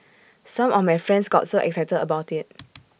some of my friends got so excited about IT